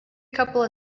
couple